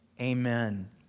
Amen